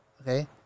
Okay